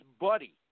buddy